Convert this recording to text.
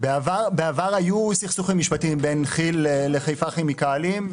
בעבר היו סכסוכים משפטיים בין כי"ל לחיפה כימיקלים,